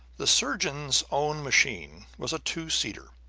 the surgeon's own machine was a two-seater,